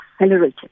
accelerated